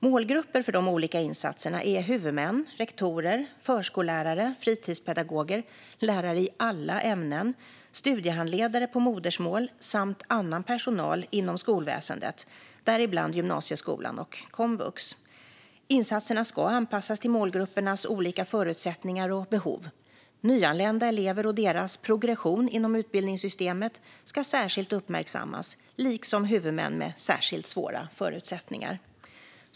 Målgrupper för de olika insatserna är huvudmän, rektorer, förskollärare, fritidspedagoger, lärare i alla ämnen, studiehandledare på modersmål samt annan personal inom skolväsendet, däribland gymnasieskolan och komvux. Insatserna ska anpassas till målgruppernas olika förutsättningar och behov. Nyanlända elever och deras progression inom utbildningssystemet ska särskilt uppmärksammas, liksom huvudmän med särskilt svåra förutsättningar.